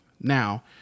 now